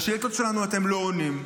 לשאילתות שלנו אתם לא עונים,